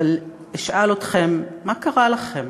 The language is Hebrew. אבל אשאל אתכם: מה קרה לכם?